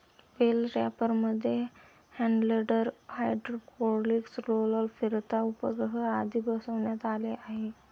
bell रॅपरमध्ये handler, hydraulic roller, फिरता उपग्रह आदी बसवण्यात आले आहे